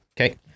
Okay